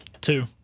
Two